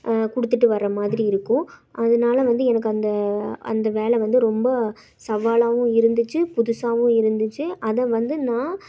கொடுத்துட்டு வர்ற மாதிரி இருக்கும் அதனால வந்து எனக்கு அந்த அந்த வேலை வந்து ரொம்ப சவாலாகவும் இருந்துச்சி புதுசாகவும் இருந்துச்சி அதை வந்து நான்